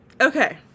Okay